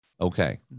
Okay